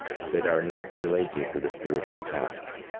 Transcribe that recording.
that are not related to the spiritual path.